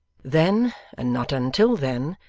then, and not until then,